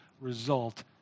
result